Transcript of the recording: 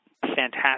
fantastic